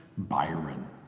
byron